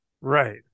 Right